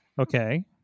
Okay